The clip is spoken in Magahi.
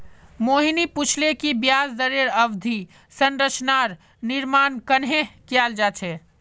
मोहिनी पूछले कि ब्याज दरेर अवधि संरचनार निर्माण कँहे कियाल जा छे